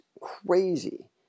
crazy